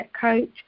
coach